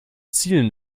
zielen